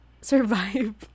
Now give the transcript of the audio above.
survive